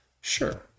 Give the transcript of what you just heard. sure